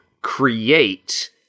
create